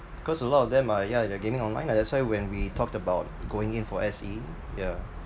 because a lot of them are yeah they're gaming online lah that's why when we talked about going in for S_E yeah